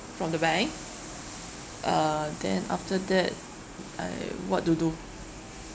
from the bank uh then after that I what to do